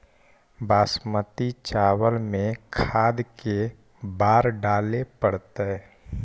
बासमती चावल में खाद के बार डाले पड़तै?